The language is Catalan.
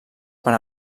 per